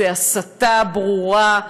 זו הסתה ברורה,